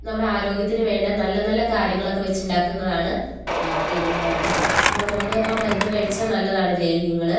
നമ്മുടെ ആരോഗ്യത്തിന് വേണ്ട നല്ല നല്ല കാര്യങ്ങളൊക്കെ വെച്ചുണ്ടാക്കുന്നതാണ് പിന്നെ ഇത് അപ്പോൾ നമ്മൾ ആ മരുന്ന് കഴിച്ചാൽ നല്ലതാണ് ലേഹ്യങ്ങൾ